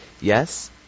Yes